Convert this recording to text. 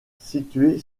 située